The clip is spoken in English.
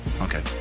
Okay